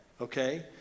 okay